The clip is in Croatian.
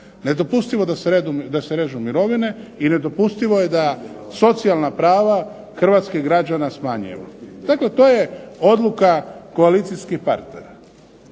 Nedopustivo je da se režu mirovine i nedopustivo je da socijalna prava hrvatskih građana smanjujemo. Dakle, to je odluka koalicijskih partnera.